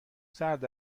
سرد